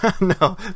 No